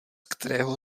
kterého